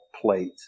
plate